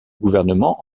gouvernement